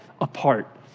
apart